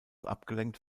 abgelenkt